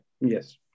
yes